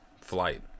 flight